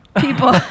people